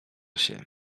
się